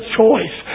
choice